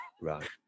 right